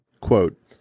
Quote